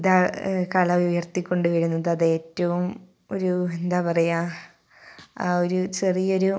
ഇതാ കല ഉയർത്തിക്കൊണ്ട് വരുന്നത് അത് ഏറ്റവും ഒരു എന്താണ് പറയുക ആ ഒരു ചെറിയ ഒരു